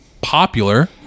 popular